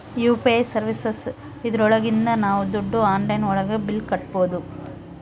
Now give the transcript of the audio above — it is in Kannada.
ಯು.ಪಿ.ಐ ಸರ್ವೀಸಸ್ ಇದ್ರೊಳಗಿಂದ ನಾವ್ ದುಡ್ಡು ಆನ್ಲೈನ್ ಒಳಗ ಬಿಲ್ ಕಟ್ಬೋದೂ